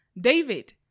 David